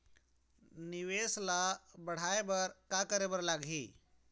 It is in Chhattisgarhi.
निवेश ला बड़हाए बर का करे बर लगही?